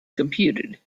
computed